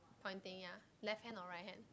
pointing ya left hand or right hand